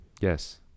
Yes